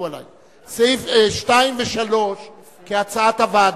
2 ו-3 כהצעת הוועדה.